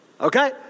Okay